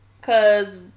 cause